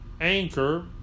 anchor